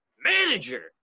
manager